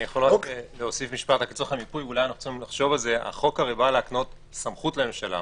אולי צריך לחשוב על זה - החוק בא להקנות סמכות לממשלה,